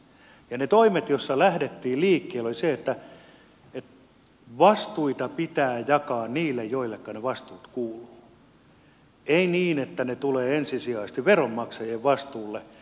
ne toimet joista lähdettiin liikkeelle olivat sellaisia että vastuita pitää jakaa niille joilleka ne vastuut kuuluvat ei niin että ne tulevat ensisijaisesti veronmaksajien vastuulle